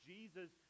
Jesus